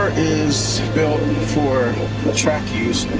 is built for track use.